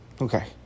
Okay